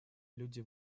люди